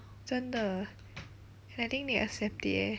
真的 I think they accept it eh